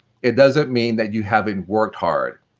it doesn't mean that you haven't worked hard.